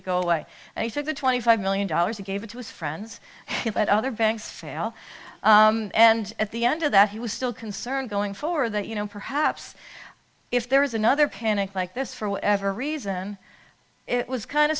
it go away and you took the twenty five million dollars he gave it to his friends at other banks fail and at the end of that he was still concerned going forward that you know perhaps if there was another panic like this for whatever reason it was kind